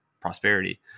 prosperity